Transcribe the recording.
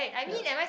ya